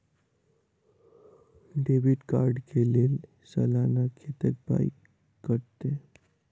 Debit card कऽ लेल सलाना कत्तेक पाई कटतै?